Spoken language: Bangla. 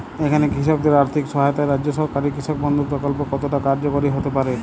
এখানে কৃষকদের আর্থিক সহায়তায় রাজ্য সরকারের কৃষক বন্ধু প্রক্ল্প কতটা কার্যকরী হতে পারে?